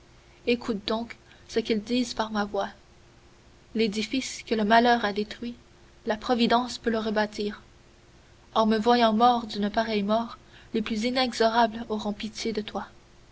écoute donc ce qu'ils disent par ma voix l'édifice que le malheur a détruit la providence peut le rebâtir en me voyant mort d'une pareille mort les plus inexorables auront pitié de toi